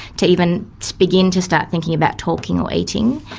to even begin to start thinking about talking or eating.